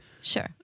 Sure